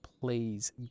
please